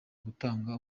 gutanga